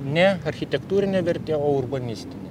ne architektūrinė vertė o urbanistinė